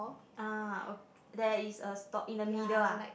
ah ok~ there is a stop in the middle ah